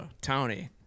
Tony